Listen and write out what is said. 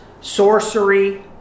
sorcery